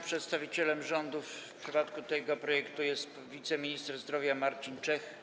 Przedstawicielem rządu w przypadku tego projektu jest wiceminister zdrowia Marcin Czech.